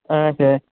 اَچھا